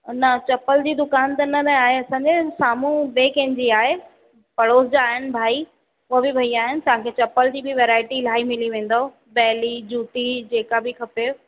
न चप्पल जी दुकान त न न आहे असांजे साम्हूं ॿिए कंहिंजी आहे पड़ोस जा आहिनि भाई उहे बि भैया आहिनि तव्हां खे चप्पल जी बि वैरायटी इलाही मिली वेंदव बैली जूती जेका बि खपेव